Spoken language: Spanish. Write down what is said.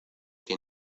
que